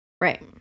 Right